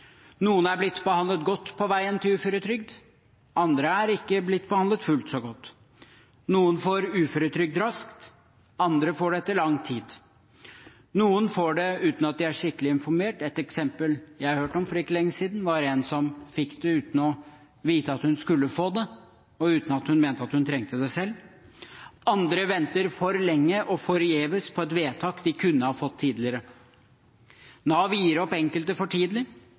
Noen er blitt behandlet godt på veien til uføretrygd, andre er ikke blitt behandlet fullt så godt. Noen får uføretrygd raskt, andre får det etter lang tid. Noen får det uten at de er skikkelig informert. Et eksempel jeg hørte om for ikke lenge siden, var en som fikk det uten å vite at hun skulle få det, og uten at hun selv mente at hun trengte det. Andre venter for lenge og forgjeves på et vedtak de kunne ha fått tidligere. Nav gir opp enkelte for tidlig,